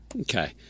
Okay